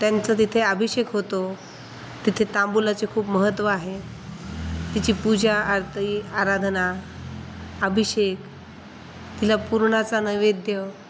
त्यांचं तिथे आभिषेक होतो तिथे तांबुलाचे खूप महत्त्व आहे तिची पूजा आरती आराधना आभिषेक तिला पुरणाचा नैवेद्य